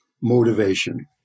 motivation